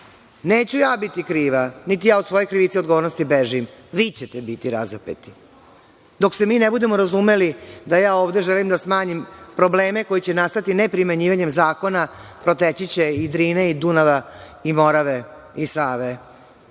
Neću ja biti kriva, niti ja od svoje krivice i odgovornosti bežim. Vi ćete biti razapeti. Dok se mi ne budemo razumeli da ja ovde želim da smanjim probleme koji će nastati ne primenjivanjem zakona, proteći će i Drina, i Dunav, i Morava i Sava.